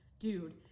Dude